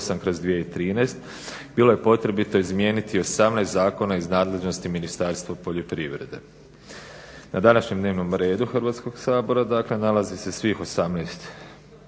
148/2013.", bilo je potrebito izmijeniti 18 zakona iz nadležnosti Ministarstva poljoprivrede. Na današnjem dnevnom redu Hrvatskog sabora dakle nalazi se svih 18 konačnih